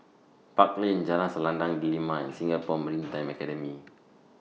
Park Lane Jalan Selendang Delima and Singapore Maritime Academy